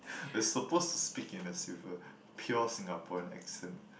we're suppose to speak in a silv~ pure Singaporean accent